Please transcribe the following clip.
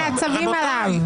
למה בעצבים עליו?